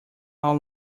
all